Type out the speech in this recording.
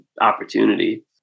opportunity